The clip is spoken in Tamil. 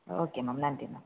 ஓகே மேம் நன்றி மேம்